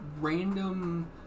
random